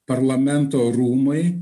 parlamento rūmai